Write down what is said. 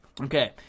Okay